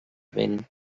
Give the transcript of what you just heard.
vent